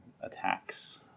attacks